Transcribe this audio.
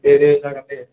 दे दे जागोन दे